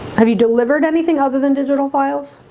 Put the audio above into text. have you delivered anything other than digital files?